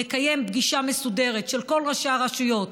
נקיים פגישה מסודרת של כל ראשי הרשויות,